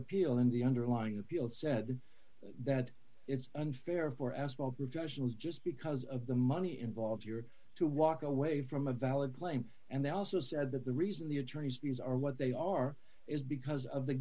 appeal in the underlying appeal said that it's unfair for asphalt professionals just because of the money involved here to walk away from a valid claim and they also said that the reason the attorneys these are what they are is because of the